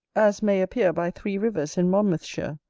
as may appear by three rivers in monmouthshire,